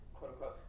quote-unquote